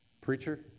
Preacher